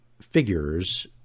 figures